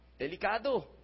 Delicado